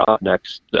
next